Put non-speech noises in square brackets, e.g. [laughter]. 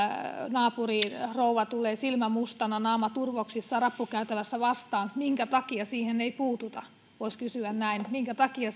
naapurin rouva tulee silmä mustana naama turvoksissa rappukäytävässä vastaan minkä takia siihen ei puututa voisi kysyä näin minkä takia [unintelligible]